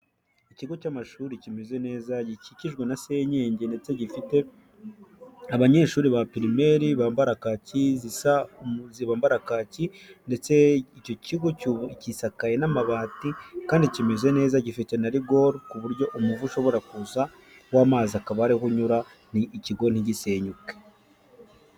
Ikigo cy'amashuri kimeze neza, gikikijwe na senyenge, ndetse gifite abanyeshuri ba pirimeri, bambara kacyi zisa bambara kacyi, ndetse icyo kigo gisakaye n'amabati, kandi kimeze neza gifite na rigori ku buryo umuvu ushobora kuza w'amazi akaba ariho unyura, ni ikigo ntigisenyuke.